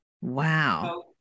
Wow